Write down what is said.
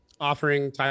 offering